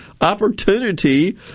opportunity